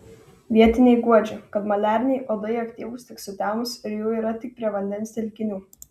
vietiniai guodžia kad maliariniai uodai aktyvūs tik sutemus ir jų yra tik prie vandens telkinių